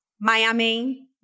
Miami